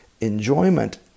Enjoyment